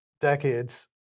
decades